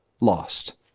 lost